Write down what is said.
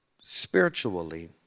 Spiritually